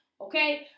Okay